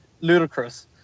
ludicrous